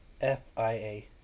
F-I-A